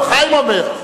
גם חיים אומר.